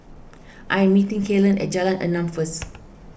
I am meeting Kaylen at Jalan Enam first